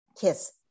kiss